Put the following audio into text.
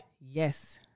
Yes